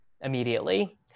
immediately